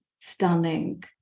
Stunning